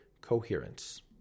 Coherence